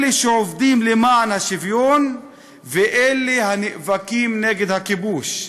אלה שעובדים למען השוויון ואלה שנאבקים נגד הכיבוש.